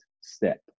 step